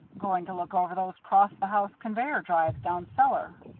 going to look over those cross-the-house conveyor drives down cellar.